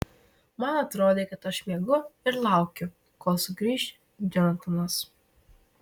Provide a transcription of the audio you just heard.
man atrodė kad aš miegu ir laukiu kol sugrįš džonatanas